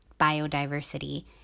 biodiversity